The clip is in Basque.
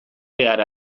behar